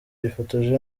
yifotoje